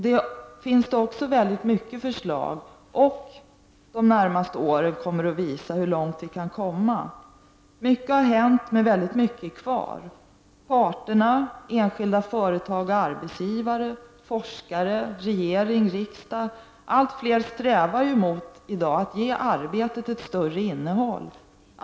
Det finns väldigt många förslag om detta, och de närmaste åren kommer att visa hur långt vi kan komma på detta område. Mycket har hänt, men väldigt mycket återstår. Parterna, enskilda företag och arbetsgivare, forskare, regering och riksdag — allt fler strävar i dag emot att ge arbetet ett större innehåll.